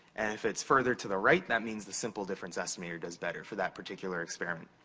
and if it's further to the right, that means the simple difference estimator does better for that particular experiment.